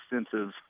extensive